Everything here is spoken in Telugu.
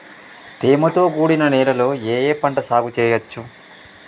తేమతో కూడిన నేలలో ఏ పంట సాగు చేయచ్చు?